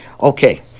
Okay